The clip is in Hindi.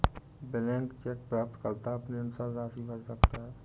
ब्लैंक चेक प्राप्तकर्ता अपने अनुसार राशि भर सकता है